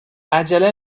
عجله